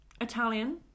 Italian